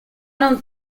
non